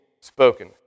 spoken